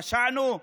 פשענו?